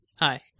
Hi